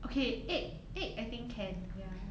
okay egg egg I think can ya